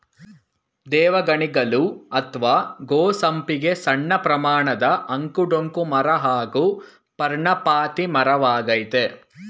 ದೇವಗಣಿಗಲು ಅತ್ವ ಗೋ ಸಂಪಿಗೆ ಸಣ್ಣಪ್ರಮಾಣದ ಅಂಕು ಡೊಂಕು ಮರ ಹಾಗೂ ಪರ್ಣಪಾತಿ ಮರವಾಗಯ್ತೆ